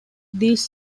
these